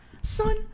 son